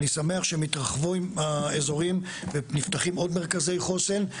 אני שמח שמתרחבים האזורים ונפתחים עוד מרכזי חוסן.